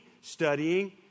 studying